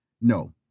no